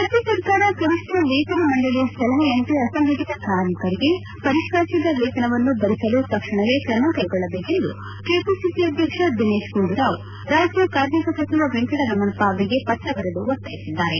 ರಾಜ್ಯ ಸರ್ಕಾರ ಕನಿಷ್ಠ ವೇತನ ಮಂಡಳಿಯ ಸಲಹೆಯಂತೆ ಅಸಂಘಟಿತ ಕಾರ್ಮಿಕರಿಗೆ ಪರಿಷ್ಠರಿಸಿದ ವೇತನವನ್ನು ಬರಿಸಲು ತಕ್ಷಣವೇ ಕ್ರಮ ಕೈಗೊಳ್ಳಬೇಕೆಂದು ಕೆಪಿಸಿಸಿ ಅಧ್ಯಕ್ಷ ದಿನೇತ್ ಗುಂಡೂರಾವ್ ರಾಜ್ಯ ಕಾರ್ಮಿಕ ಸಚಿವ ವೆಂಕಟರಮಣಪ್ಪ ಅವರಿಗೆ ಪತ್ರ ಬರೆದು ಒತ್ತಾಯಿಸಿದ್ದಾರೆ